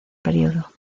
período